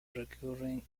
recurring